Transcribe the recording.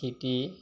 স্থিতি